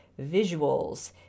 visuals